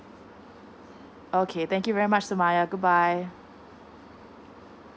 okay thank you very much sumayya goodbye